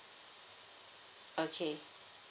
okay